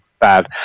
bad